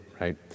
right